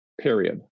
Period